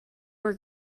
were